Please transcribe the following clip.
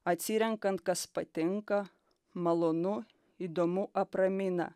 atsirenkant kas patinka malonu įdomu apramina